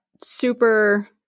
super